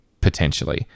potentially